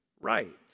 right